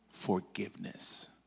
forgiveness